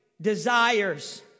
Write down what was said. desires